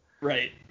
right